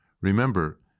Remember